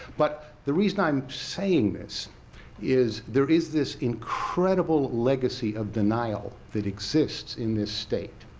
but the reason i'm saying this is, there is this incredible legacy of denial that exists in this state.